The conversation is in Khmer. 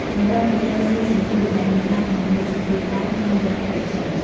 បន្ទាប់ពីត្រីសុីសន្ទូច អ្នកនេសាទនឹងលើកសន្ទួចឡើង ហើយយកត្រីចេញ។